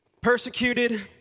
persecuted